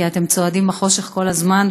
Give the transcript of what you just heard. כי אתם צועדים בחושך כל הזמן,